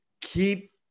keep